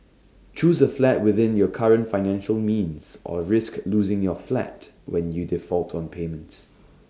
choose A flat within your current financial means or risk losing your flat when you default on payments